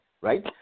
right